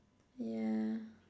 yeah